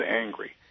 angry